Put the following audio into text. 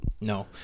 no